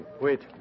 Wait